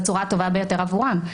בצורה הטובה ביותר עבורם.